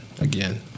again